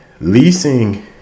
leasing